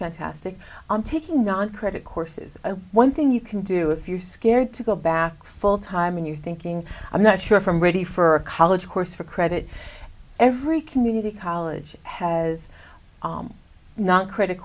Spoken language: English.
fantastic i'm taking noncredit courses and one thing you can do if you're scared to go back full time and you're thinking i'm not sure if i'm ready for a college course for credit every community college has not cr